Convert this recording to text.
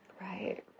Right